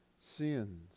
sins